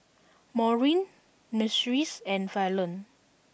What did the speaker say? Maureen Myrtis and Fallon